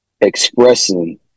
expressing